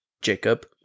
Jacob